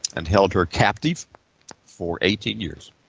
and held her captive for eighteen years.